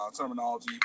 terminology